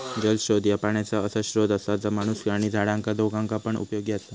जलस्त्रोत ह्या पाण्याचा असा स्त्रोत असा जा माणूस आणि झाडांका दोघांका पण उपयोगी असा